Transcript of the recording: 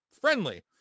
friendly